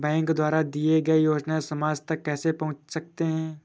Bank द्वारा दिए गए योजनाएँ समाज तक कैसे पहुँच सकते हैं?